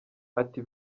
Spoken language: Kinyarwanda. ati